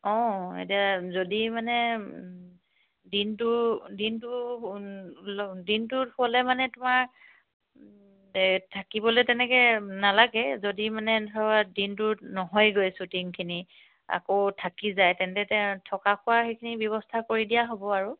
অঁ এতিয়া যদি মানে দিনটো দিনটো দিনটোত হ'লে মানে তোমাৰ থাকিবলৈ তেনেকৈ নালাগে যদি মানে ধৰা দিনটোত নহয়গৈ শ্বুটিংখিনি আকৌ থাকি যায় তেন্তে তে থকা খোৱাৰ সেইখিনি ব্যৱস্থা কৰি দিয়া হ'ব আৰু